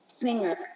singer